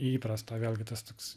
įprasto vėlgi tas toks